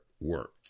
work